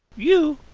you!